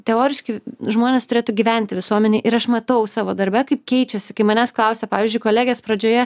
teoriškai žmonės turėtų gyventi visuomenėj ir aš matau savo darbe kaip keičiasi kai manęs klausia pavyzdžiui kolegės pradžioje